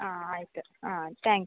ಆಂ ಆಯಿತು ಆಂ thank you